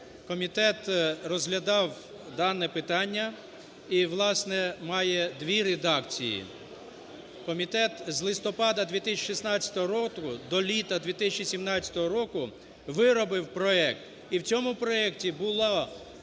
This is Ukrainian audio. комітет розглядав дане питання і, власне, має 2 редакції. Комітет з листопада 2016 року до літа 2017 року виробив проект. І в цьому проекті була